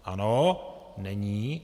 Ano, není.